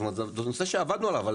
זאת אומרת זה נושא שעבדנו עליו.